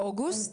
באוגוסט